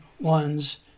one's